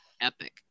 epic